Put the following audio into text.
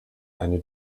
eine